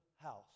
house